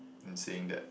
saying that